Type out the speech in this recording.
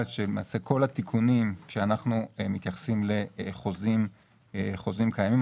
שלמעשה כל התיקונים שאנחנו מתייחסים לחוזים קיימים,